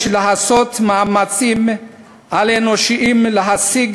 יש לעשות מאמצים על-אנושיים כדי להשיג